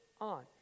on